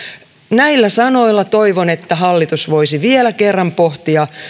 näillä sanoilla toivon että hallitus voisi vielä kerran pohtia